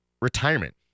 retirement